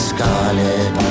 Scarlet